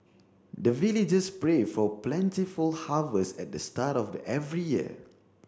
the villagers pray for plentiful harvest at the start of every year